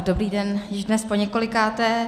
Dobrý den již dnes poněkolikáté.